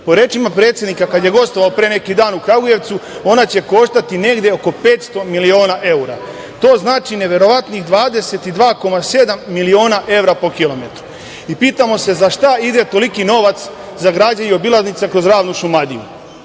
Po rečima predsednika, kada je gostovao pre neki dan u Kragujevcu, ona će koštati negde oko 500 miliona evra. To znači neverovatnih 22,7 miliona evra po kilometru. Pitamo se za šta ide toliki novac za građenje obilaznice kroz ravnu Šumadiju